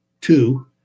two